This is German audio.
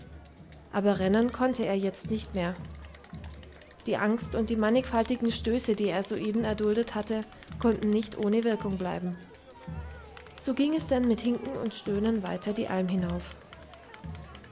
aber rennen konnte er jetzt nicht mehr die angst und die mannigfaltigen stöße die er soeben erduldet hatte konnten nicht ohne wirkung bleiben so ging es denn mit hinken und stöhnen weiter die alm hinauf